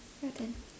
your turn